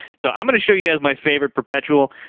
so, i'm gonna show you guys my favorite perpetual,